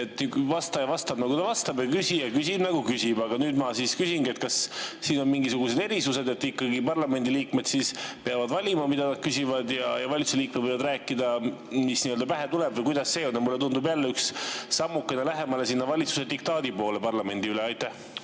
et vastaja vastab, nagu ta vastab, ja küsija küsib, nagu ta küsib. Aga nüüd ma siis küsingi, kas siin on mingisugused erisused, et ikkagi parlamendi liikmed peavad valima, mida nad küsivad, ja valitsuse liikmed võivad rääkida, mis nii‑öelda pähe tuleb. Või kuidas sellega on? Mulle tundub jälle, et on üks sammukene lähemale valitsuse diktaadile parlamendi üle. Aitäh,